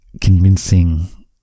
convincing